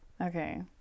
Okay